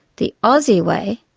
the aussie way,